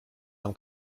tam